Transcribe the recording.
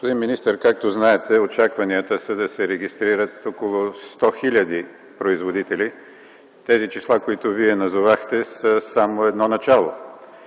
Господин министър, както знаете, очакванията са да се регистрират около 100 хиляди производители. Тези числа, които Вие назовахте, са само едно начало.